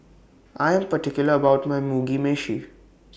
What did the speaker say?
I Am particular about My Mugi Meshi